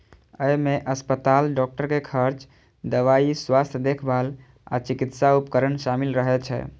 अय मे अस्पताल, डॉक्टर के खर्च, दवाइ, स्वास्थ्य देखभाल आ चिकित्सा उपकरण शामिल रहै छै